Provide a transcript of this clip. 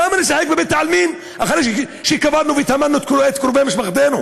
למה לשחק בבית-העלמין אחרי שקברנו וטמנו את קרובי משפחתנו?